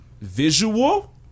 visual